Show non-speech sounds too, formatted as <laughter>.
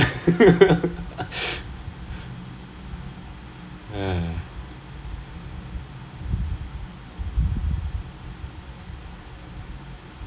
ya <laughs> uh